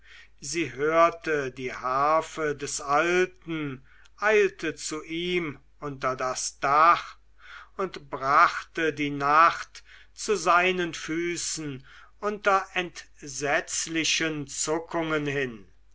sie hörte die harfe des alten eilte zu ihm unter das dach und brachte die nacht zu seinen füßen unter entsetzlichen zuckungen hin